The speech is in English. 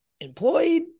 employed